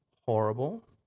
horrible